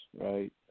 right